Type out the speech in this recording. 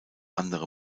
andere